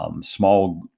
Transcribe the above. small